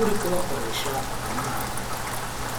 uri kubakoresha iyo nama.